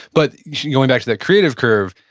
but going back to that creative curve,